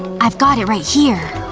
i've got it right here.